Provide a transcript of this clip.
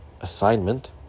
assignment